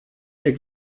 ihr